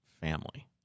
family